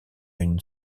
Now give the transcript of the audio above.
une